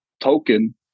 token